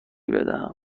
بدهم